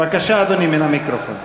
בבקשה, אדוני, מן המיקרופון.